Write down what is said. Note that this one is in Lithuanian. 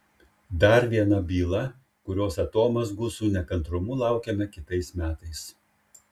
dar viena byla kurios atomazgų su nekantrumu laukiame kitais metais